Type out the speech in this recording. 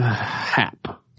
Hap